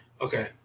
Okay